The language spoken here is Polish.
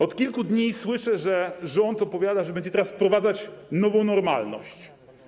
Od kilku dni słyszę, że rząd opowiada, że będzie teraz wprowadzać nową normalność.